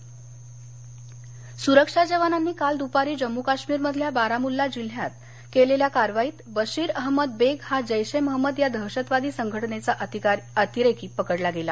जम्म काश्मीर सुरक्षा जवानांनी काल दुपारी जम्मू काश्मीर मधल्या बारामुल्ला जिल्ह्यात केलेल्या कारवाईत बशीर अहमद बेग हा जेश ए महम्मद या दहशतवादी संघटनेघा अतिरेकी पकडला गेला